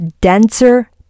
denser